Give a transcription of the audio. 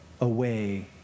away